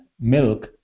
milk